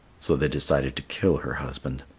so they decided to kill her husband.